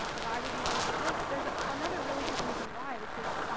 ah why would you want to do this? there's ah another really good reason why, which is